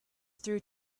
through